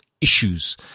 issues